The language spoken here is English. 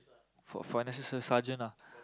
for for nece~ sergeant